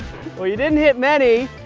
well, you didn't hit many